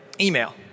email